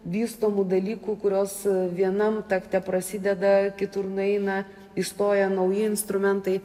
vystomų dalykų kuriuos vienam takte prasideda kitur nueina įstoja nauji instrumentai